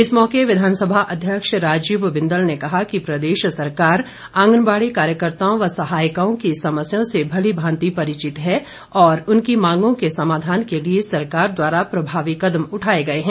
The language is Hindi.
इस मौके विधानसभा अध्यक्ष राजीव बिंदल ने कहा कि प्रदेश सरकार आंगनबाड़ी कार्यकर्ताओं व सहायिकाओं की समस्याओं से भली भांति परिचित है और उनकी मांगों के समाधान के लिए सरकार द्वारा प्रभावी कदम उठाए गए हैं